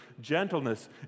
gentleness